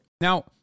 now